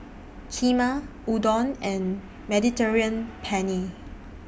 Kheema Udon and Mediterranean Penne